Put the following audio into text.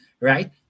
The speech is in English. right